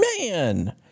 man